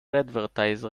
advertise